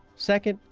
second,